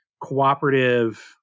cooperative